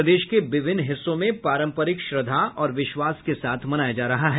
प्रदेश के विभिन्न हिस्सों में पारम्परिक श्रद्धा और विश्वास के साथ मनाया जा रहा है